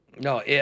No